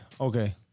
Okay